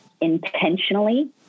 intentionally